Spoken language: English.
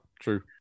True